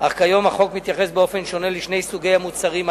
אך כיום החוק מתייחס באופן שונה לשני סוגי המוצרים הללו.